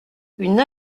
une